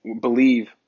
believe